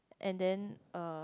and then uh